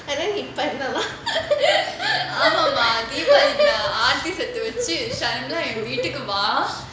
ஆமாமா சாயங்காலம் எங்க வீட்டுக்கு வா:amama saayangaalam enga veetuku vaa